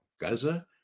Gaza